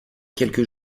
quelques